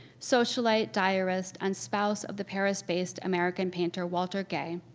socialite diarist and spouse of the paris-based american painter, walter gay,